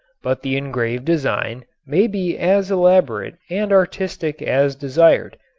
but the engraved design may be as elaborate and artistic as desired,